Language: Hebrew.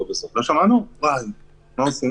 הצטרף אליי עו"ד ערן יוסף מהמשרד,